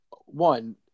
One